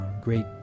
great